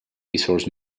resource